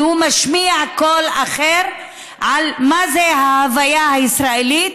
כי הוא משמיע קול אחר על מה זה ההוויה הישראלית,